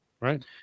Right